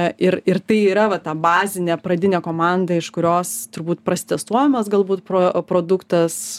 ir ir tai yra va ta bazinė pradinė komanda iš kurios turbūt prasitestuojamas galbūt pro produktas